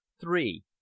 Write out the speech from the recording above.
Three